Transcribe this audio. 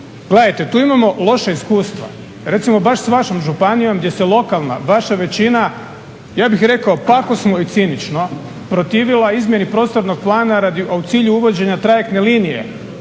gledajte tu imamo loša iskustva. Recimo baš s vašom županijom gdje se lokalna, vaša većina ja bih rekao pa ako se i cinično protivila izmjeni prostornog plana radi, a u cilju uvođenja trajektne linije